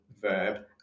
verb